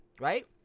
right